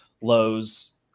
lows